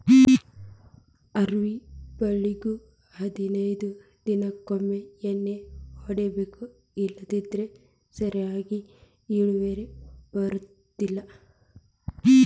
ಅವ್ರಿ ಬಳ್ಳಿಗು ಹದನೈದ ದಿನಕೊಮ್ಮೆ ಎಣ್ಣಿ ಹೊಡಿಬೇಕ ಇಲ್ಲಂದ್ರ ಸರಿಯಾಗಿ ಇಳುವರಿ ಬರುದಿಲ್ಲಾ